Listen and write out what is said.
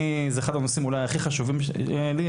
זהו אחד הנושאים שהכי חשובים לי.